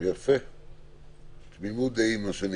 אני אגב לא מקבלת את הטיעון הזה שהממשלה תחליט ואנחנו נאשרר.